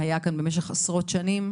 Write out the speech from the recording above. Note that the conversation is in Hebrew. במספר או גרף שמראה שאכן זה